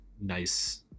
nice